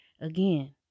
again